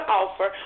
offer